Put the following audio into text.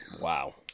Wow